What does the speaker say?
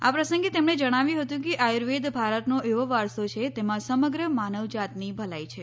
આ પ્રસંગે તેમણે જણાવ્યુ હતુંકે આયુર્વેદ ભારતનો એવો વારસો છે તેમાં સમગ્ર માનવ જાતની ભલાઈ છે